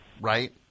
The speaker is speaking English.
right